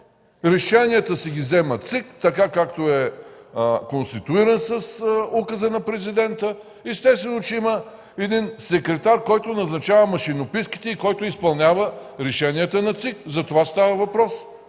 Решенията си ги взема ЦИК, така както е конституиран, с Указа на Президента. Естествено, че има един секретар, който назначава машинописките и който изпълнява решенията на ЦИК. Затова става въпрос.